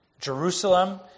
Jerusalem